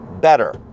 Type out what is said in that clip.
better